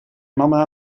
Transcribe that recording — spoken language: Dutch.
mama